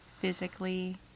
physically